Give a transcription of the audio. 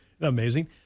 Amazing